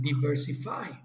diversify